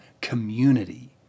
community